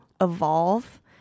evolve